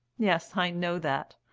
yes i know that.